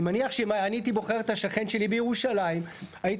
אני מניח שאם אני הייתי בוחר את השכן שלי בירושלים הייתי,